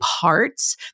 parts